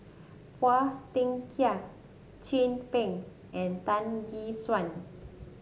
Phua Thin Kiay Chin Peng and Tan Gek Suan